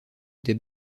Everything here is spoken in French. des